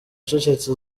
ucecetse